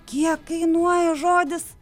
kiek kainuoja žodis